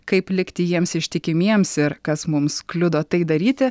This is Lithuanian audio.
kaip likti jiems ištikimiems ir kas mums kliudo tai daryti